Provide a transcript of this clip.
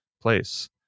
place